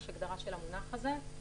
יש הגדרה של המונח הזה.